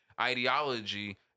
ideology